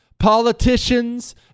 politicians